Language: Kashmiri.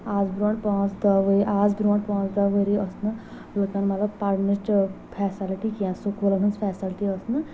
آز برٛونٛہہ پانٛژھ دہ ؤری آز برٛونٛہہ پانٛژھ دہ ؤری اوس نہٕ لُکن مطلب پرنٕچ فیسلٹی کیٚنٛہہ سکوٗلَن ہٕنٛز فیسلٹی ٲس نہٕ کیٚنٛہہ